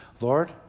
Lord